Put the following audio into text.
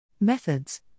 Methods